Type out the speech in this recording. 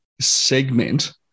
segment